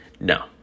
No